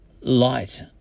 light